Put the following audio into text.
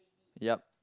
ya